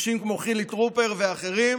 אנשים כמו חילי טרופר ואחרים,